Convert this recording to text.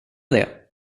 det